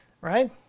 Right